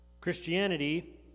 Christianity